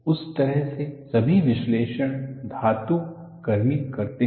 उस तरह के सभी विश्लेषण धातुकर्मीकरते हैं